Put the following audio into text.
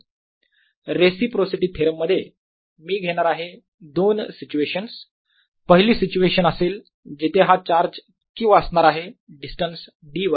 V14π0QdQi4π0R14π0Qd since Qi0 reciprocity theorem मध्ये मी घेणार आहे दोन सिच्युएशन्स पहिली सिच्युएशन असेल जिथे हा चार्ज Q असणार आहे डिस्टन्स d वर